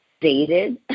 dated